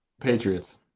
Patriots